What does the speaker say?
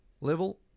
level